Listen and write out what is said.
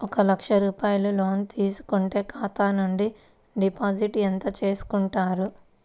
ఒక లక్ష రూపాయలు లోన్ తీసుకుంటే ఖాతా నుండి డిపాజిట్ ఎంత చేసుకుంటారు?